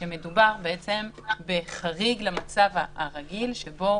כשבעצם מדובר בחריג למצב הרגיל, שבו